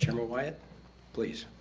chairman wyett please.